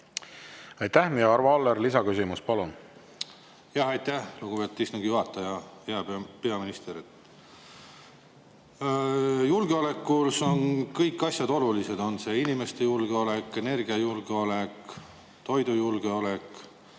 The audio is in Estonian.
Aitäh! Arvo Aller, lisaküsimus, palun! Aitäh, lugupeetud istungi juhataja! Hea peaminister! Julgeolekus on kõik asjad olulised, on see inimeste julgeolek, energiajulgeolek, toidujulgeolek.